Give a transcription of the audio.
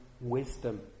wisdom